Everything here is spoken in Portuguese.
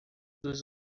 dos